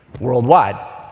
worldwide